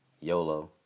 YOLO